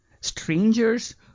strangers